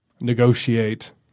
negotiate